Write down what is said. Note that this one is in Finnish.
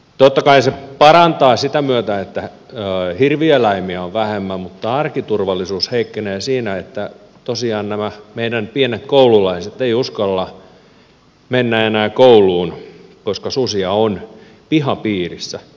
totta kai se parantaa turvallisuutta sen myötä että hirvieläimiä on vähemmän mutta arkiturvallisuus heikkenee siinä että tosiaan nämä meidän pienet koululaiset eivät uskalla mennä enää kouluun koska susia on pihapiirissä